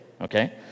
okay